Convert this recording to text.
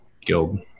guild